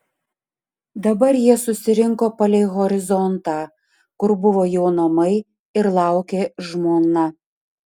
dabar jie susirinko palei horizontą kur buvo jo namai ir laukė žmona